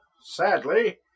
Sadly